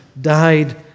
died